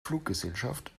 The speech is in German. fluggesellschaft